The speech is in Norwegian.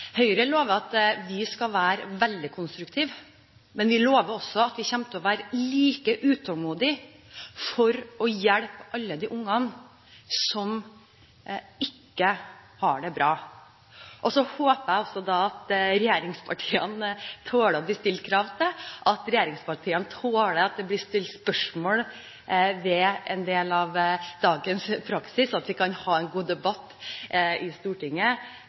være utålmodige etter å hjelpe alle de ungene som ikke har det bra. Så håper jeg at regjeringspartiene tåler å bli stilt krav til, at de tåler at det blir stilt spørsmål ved en del av dagens praksis, og at vi kan ha en god debatt i Stortinget